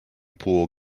pool